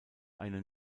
eine